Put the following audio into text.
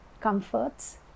comforts